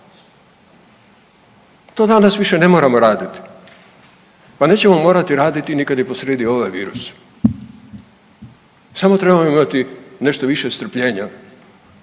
To danas više ne moramo raditi, pa nećemo morati raditi ni kad je posrijedi ovaj virus, samo trebamo imati nešto više strpljenja,